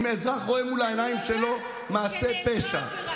אם אזרח רואה מול העיניים שלו מעשה פשע.